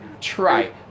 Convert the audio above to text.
try